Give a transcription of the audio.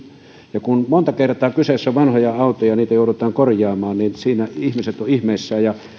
isot kun monta kertaa kyseessä ovat vanhat autot ja niitä joudutaan korjaamaan niin siinä ihmiset ovat ihmeissään